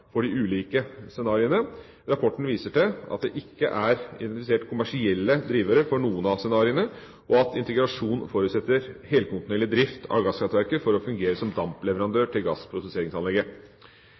for de ulike scenarioene. Rapporten viser til at det ikke er identifisert kommersielle drivere for noen av scenarioene, og at integrasjon forutsetter helkontinuerlig drift av gasskraftverket for å fungere som